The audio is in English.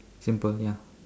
simple ya